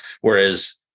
whereas